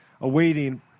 awaiting